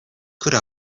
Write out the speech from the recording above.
could